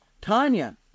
Tanya